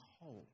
whole